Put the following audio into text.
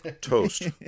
toast